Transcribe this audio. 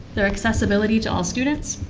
the accessibility to all students,